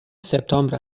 سپتامبر